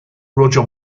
roger